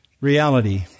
reality